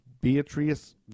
Beatrice